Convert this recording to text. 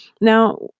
Now